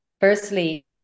firstly